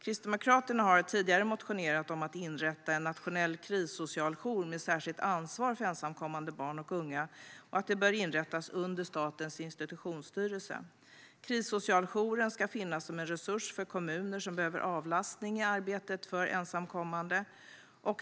Kristdemokraterna har tidigare motionerat om att inrätta en nationell krissocialjour med särskilt ansvar för ensamkommande barn och unga och att den bör inrättas under Statens institutionsstyrelse. Krissocialjouren ska finnas som en resurs för kommuner som behöver avlastning i arbetet med ensamkommande.